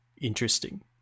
interesting